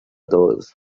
those